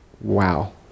Wow